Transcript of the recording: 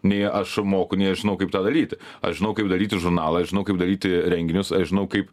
nei aš moku nei aš žinau kaip tą daryti aš žinau kaip daryti žurnalą aš žinau kaip daryti renginius aš žinau kaip